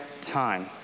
time